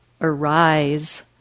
arise